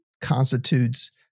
constitutes